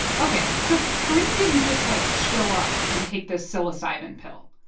ok. so carine didn't just, like, show up and take this psilocybin pill.